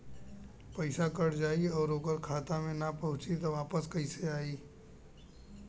पईसा कट जाई और ओकर खाता मे ना पहुंची त वापस कैसे आई?